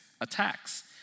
attacks